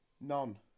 None